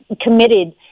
committed